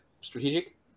Strategic